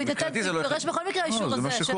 זה מה שקורה.